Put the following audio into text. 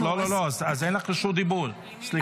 לא, אז אין לך רשות דיבור, סליחה.